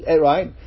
right